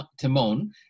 Timon